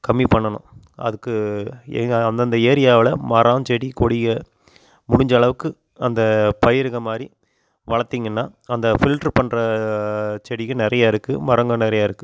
கம்மி பண்ணணும் அதுக்கு எங்கள் அந்தந்த ஏரியாவில் மரம் செடி கொடிக முடிஞ்சளவுக்கு அந்த பயிருகள் மாதிரி வளர்த்திங்கன்னா அந்த ஃபில்ட்ரு பண்ணுற செடிகள் நிறைய இருக்குது மரங்கள் நிறைய இருக்குது